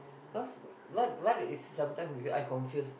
cause what what is sometimes I confuse